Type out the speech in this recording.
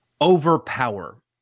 overpower